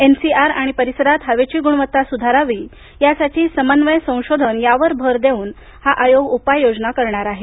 NCR आणि परिसरात हवेची गुणवत्ता सुधारावी यासाठी समन्वय संशोधन यावर भर देऊन हा आयोग उपाययोजना करणार आहे